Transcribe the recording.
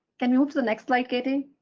can you move to the next slide, katie?